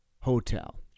hotel